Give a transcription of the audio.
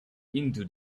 into